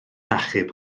achub